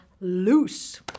loose